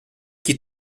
qui